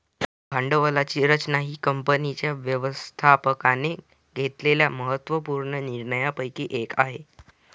भांडवलाची रचना ही कंपनीच्या व्यवस्थापकाने घेतलेल्या महत्त्व पूर्ण निर्णयांपैकी एक आहे